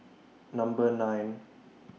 Number nine